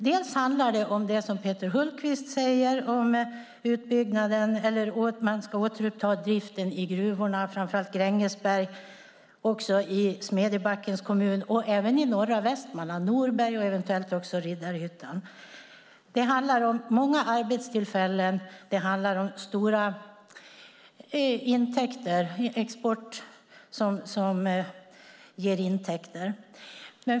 Det handlar om det Peter Hultqvist säger om utbyggnaden, att man ska återuppta driften i gruvorna framför allt i Grängesberg men också i Smedjebackens kommun och även i norra Västmanland - i Norberg och eventuellt också i Riddarhyttan. Det handlar om många arbetstillfällen och export som ger stora intäkter.